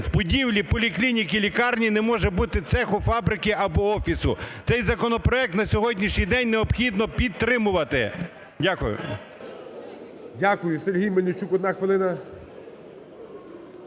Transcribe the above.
У будівлі поліклініки, лікарні не може бути цеху, фабрики або офісу. Цей законопроект на сьогоднішній день необхідно підтримувати. Дякую. ГОЛОВУЮЧИЙ. Дякую. Сергій Мельничук, одна хвилина.